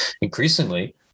increasingly